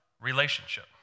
relationship